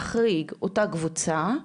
להחריג את